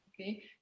okay